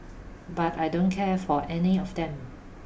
but I don't care for any of them